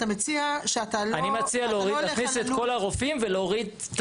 אני מציע להכניס את כל הרופאים ולהוריד את